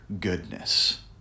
goodness